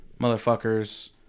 motherfuckers